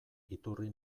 iturri